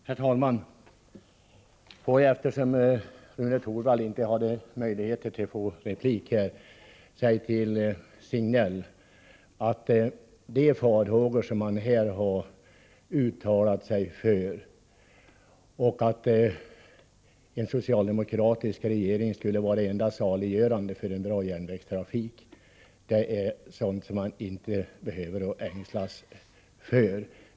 Herr talman! Får jag först, eftersom Rune Torwald inte hade möjlighet att få replik, säga till herr Signell att de farhågor som han har uttalat när han sade att en socialdemokratisk regering skulle vara det enda saliggörande för en bra järnvägstrafik är sådant som han inte behöver ängslas för.